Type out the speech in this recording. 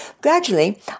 Gradually